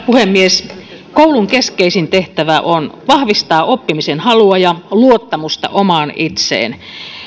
puhemies koulun keskeisin tehtävä on vahvistaa oppimisen halua ja luottamusta omaan itseen